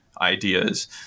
ideas